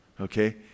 okay